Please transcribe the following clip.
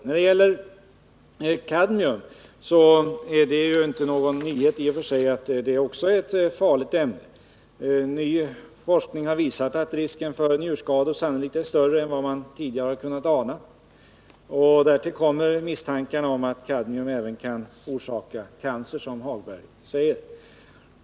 När det gäller kadmium är det inte någon nyhet i och för sig att det också är ett farligt ämne. Ny forskning har visat att risken för njurskador sannolikt är större än vad man tidigare har kunnat ana. Därtill kommer misstanken om att kadmium även kan orsaka cancer, som Lars-Ove Hagberg säger.